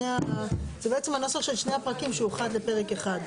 הנוסח של שני הפרקים שאוחד לפרק אחד.